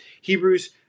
Hebrews